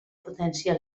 potència